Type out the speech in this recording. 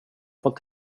fall